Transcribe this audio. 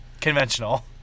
conventional